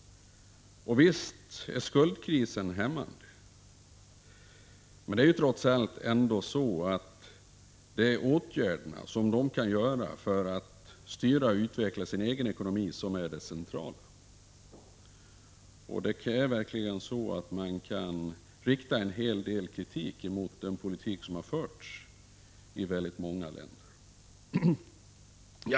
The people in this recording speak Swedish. Visst är skuldkrisen hämmande, men det är ändå de åtgärder som u-länderna kan vidta för att styra sin egen ekonomi som är det centrala. Man kan verkligen rikta en hel del kritik mot den politik som har förts i väldigt många länder.